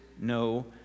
no